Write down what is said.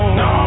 no